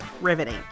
Riveting